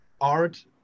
art